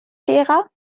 gera